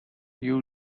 you